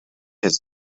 his